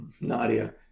Nadia